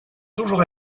toujours